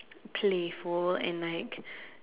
playful and like